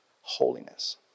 Holiness